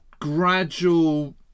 gradual